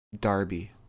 Darby